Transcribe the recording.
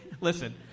Listen